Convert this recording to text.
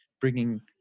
bringing